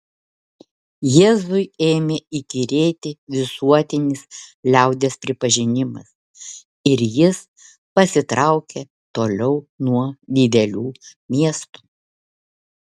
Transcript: jėzui ėmė įkyrėti visuotinis liaudies pripažinimas ir jis pasitraukė toliau nuo didelių miestų